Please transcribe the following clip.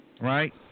right